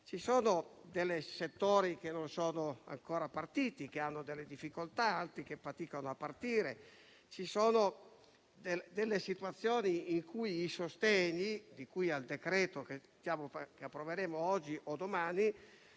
ci sono settori che non sono ancora partiti e che incontrano delle difficoltà e ce ne sono altri che faticano a partire. Ci solo delle situazioni in cui i sostegni, di cui al decreto-legge che approveremo oggi o domani,